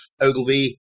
Ogilvy